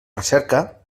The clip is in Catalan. recerca